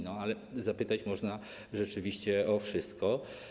No, ale zapytać można rzeczywiście o wszystko.